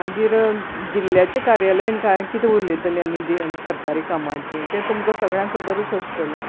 मागीर जिल्याचे कार्यालयान कांय कितें उलयतलीं आनी ते आनी सरकारी कामांचेर तुमकां सगळ्यांक खबरूच आसतले